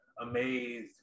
amazed